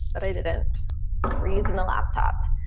but i did it using the laptop,